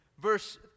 verse